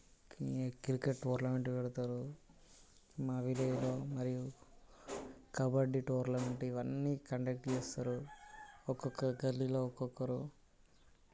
cricket టోర్నమెంట్లు పెడతారు మా విలేజ్లో మరియు కబడ్డీ టోర్నమెంట్ ఇవన్నీ కండక్ట్ చేస్తారు ఒక్కొక్క గల్లీలో ఒక్కొక్కరు